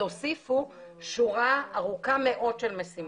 הוסיפו שורה ארוכה מאוד של משימות.